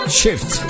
shift